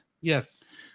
Yes